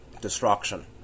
destruction